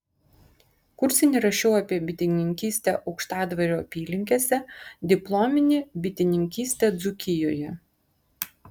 kursinį rašiau apie bitininkystę aukštadvario apylinkėse diplominį bitininkystę dzūkijoje